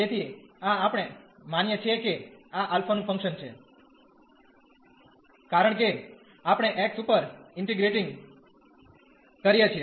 તેથી આ આપણે માનીએ છીએ કે આ α નું ફંક્શન છે કારણ કે આપણે x ઉપર ઇન્ટીગ્રેટીંગ કરીયે છીએ